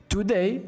Today